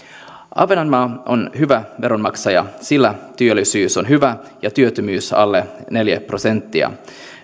ahvenanmaa on hyvä veronmaksaja sillä työllisyys on hyvä ja työttömyys alle neljä prosenttia